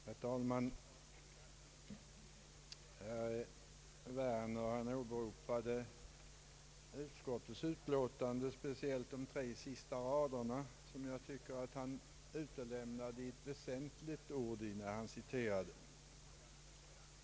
Herr talman! Herr Werner åberopade speciellt de tre sista raderna i andra lagutskottets utlåtande, och jag tyckte att han därvid utelämnade ett väsentligt ord när han citerade.